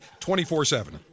24-7